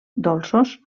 dolços